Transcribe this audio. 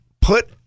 put